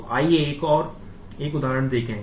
तो आइए एक उदाहरण देखें